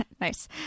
Nice